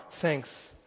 Thanks